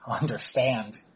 understand